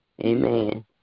Amen